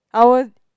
I will